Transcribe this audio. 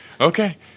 Okay